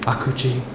Akuchi